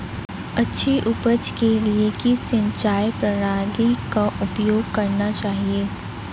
अच्छी उपज के लिए किस सिंचाई प्रणाली का उपयोग करना चाहिए?